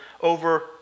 over